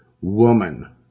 woman